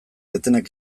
etenak